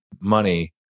money